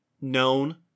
known